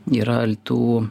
yra tų